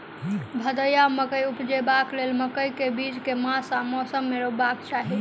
भदैया मकई उपजेबाक लेल मकई केँ बीज केँ मास आ मौसम मे रोपबाक चाहि?